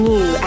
New